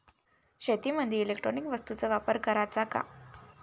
शेतीमंदी इलेक्ट्रॉनिक वस्तूचा वापर कराचा का?